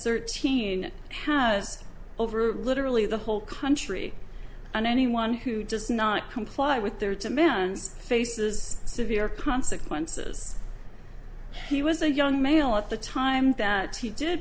thirteen has over literally the whole country and anyone who just not comply with their demands faces severe consequences he was a young male at the time that he did